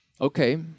Okay